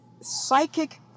psychic